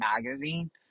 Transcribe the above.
magazine